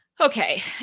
Okay